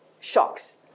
shocks